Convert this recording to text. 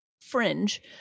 fringe